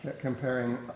comparing